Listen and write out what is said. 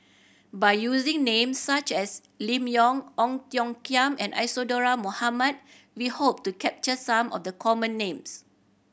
by using names such as Lim Yau Ong Tiong Khiam and Isadhora Mohamed we hope to capture some of the common names